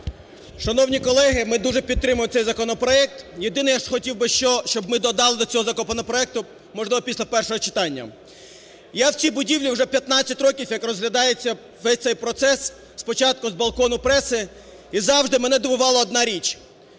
Шановні колеги, ми дуже підтримуємо цей законопроект. Єдине, я хотів би, що, щоб ми додали до цього законопроекту, можливо, після першого читання. Я в цій будівлі вже 15 років, як розглядається весь цей процес, спочатку з балкону преси, і завжди мене дивувала одна річ.